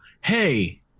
hey